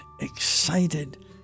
excited